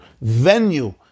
venue